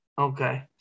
okay